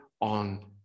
on